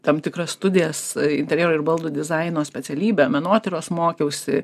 tam tikras studijas interjero ir baldų dizaino specialybę menotyros mokiausi